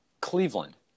Cleveland